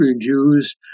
Jews